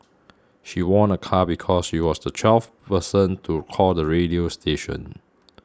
she won a car because she was the twelfth person to call the radio station